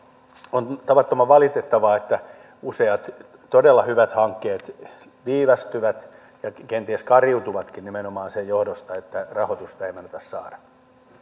on tavattoman valitettavaa että useat todella hyvät hankkeet viivästyvät ja kenties kariutuvatkin nimenomaan sen johdosta että rahoitusta ei meinata saada